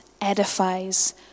edifies